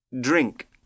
Drink